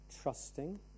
trusting